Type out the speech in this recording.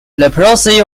leprosy